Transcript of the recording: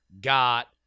got